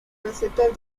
recetas